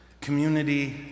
Community